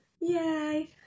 Yay